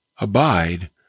abide